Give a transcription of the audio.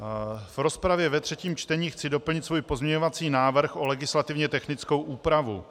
V rozpravě ve třetím čtení chci doplnit svůj pozměňovací návrh o legislativně technickou úpravu.